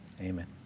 Amen